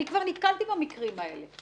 אני כבר נתקלתי במקרים כאלה.